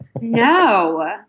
No